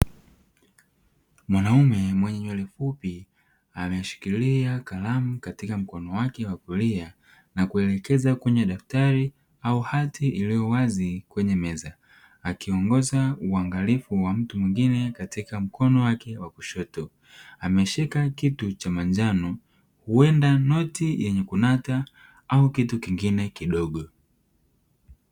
Mwanaume mwenye nywele fupi ameshikilia kalamu katika mkono wake wa kulia, na kuelekeza kwenye daftari au hati iliyowazi kwenye meza. Akiongoza uangalifu wa mtu mwingine katika mkono wake wa kushoto, ameshika kitu cha manjano huenda noti ya kunata au kitu kingine kidogo.